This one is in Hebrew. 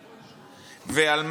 ועל,